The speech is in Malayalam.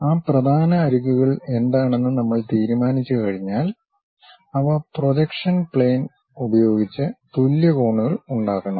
ആ പ്രധാന അരികുകൾ എന്താണെന്ന് നമ്മൾ തീരുമാനിച്ചുകഴിഞ്ഞാൽ അവ പ്രൊജക്ഷന് പ്ലെയിൻ ഉപയോഗിച്ച് തുല്യ കോണുകൾ ഉണ്ടാക്കണം